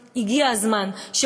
הגיע הזמן להפסיק את המשחק הכפול,